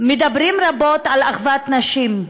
מדברים רבות על אחוות נשים.